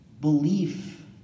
belief